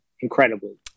incredibly